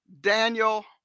Daniel